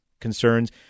concerns